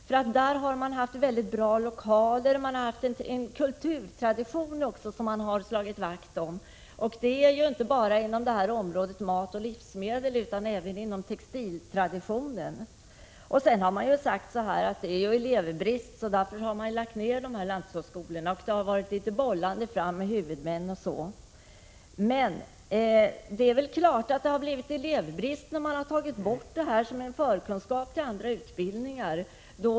Dessa skolor har haft tillgång till mycket bra lokaler, och de har slagit vakt om en kulturtradition inte bara inom matoch livsmedelsområdet utan även inom textilområdet. Man har dock med hänvisning till elevbrist lagt ned lanthushållsskolorna, efter en del bollande mellan huvudmännen osv. Men det är ju ganska naturligt att elevbrist har uppstått, när man har avskaffat kravet på lanthushållsutbildning som förkunskapskrav till andra utbildningar.